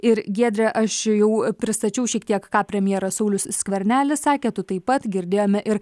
ir giedre aš jau pristačiau šiek tiek ką premjeras saulius skvernelis sakė tu taip pat girdėjome ir